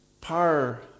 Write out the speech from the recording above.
power